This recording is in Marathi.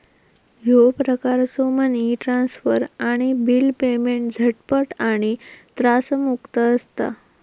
ह्यो प्रकारचो मनी ट्रान्सफर आणि बिल पेमेंट झटपट आणि त्रासमुक्त असता